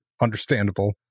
understandable